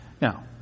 Now